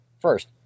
First